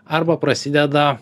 arba prasideda